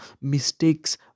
Mistakes